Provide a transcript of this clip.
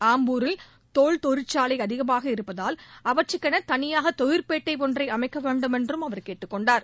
ஆம்பூரில் தோல் தொழிற்சாலை அதிகமாக இருப்பதால் அவற்றுக்கென தளியாக தொழிற்பேட்டை ஒன்றை அமைக்க வேண்டுமென்றும் அவர் கேட்டுக் கொண்டார்